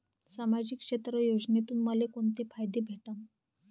सामाजिक क्षेत्र योजनेतून मले कोंते फायदे भेटन?